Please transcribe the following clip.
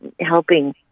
helping